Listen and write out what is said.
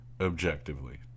objectively